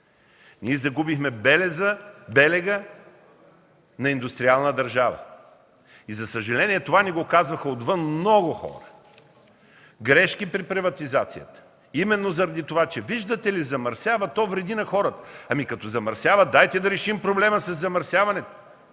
загубихме и белега на индустриална държава. За съжаление това ни го казаха отвън много хора. Грешки при приватизацията именно заради това, че, виждате ли, замърсява, то вреди на хората. Ами, като замърсява, дайте да решим проблема със замърсяването!